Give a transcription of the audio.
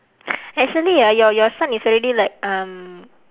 actually ah your your son is already like um